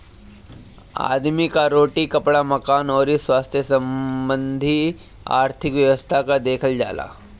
आदमी कअ रोटी, कपड़ा, मकान अउरी स्वास्थ्य संबंधी आर्थिक व्यवस्था के देखल जाला